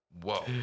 Whoa